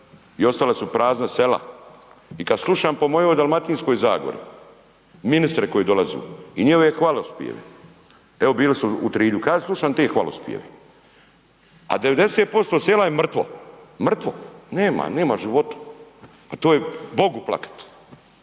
i ostala su prazna sela. I kad slušam po mojoj Dalmatinskoj zagori, ministre koi dolaze i njihove hvalospjeve, evo bili su u Trilju, kad ja slušam te hvalospjeve, a 90% sela je mrtvo, mrtvo nema života, pa to je bogu plakat